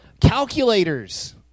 Calculators